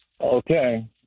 Okay